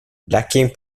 lacking